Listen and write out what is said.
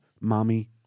Mommy